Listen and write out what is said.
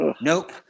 Nope